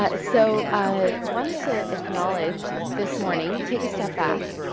ah so, i wanted to acknowledge this morning. take a step back.